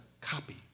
copy